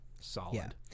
Solid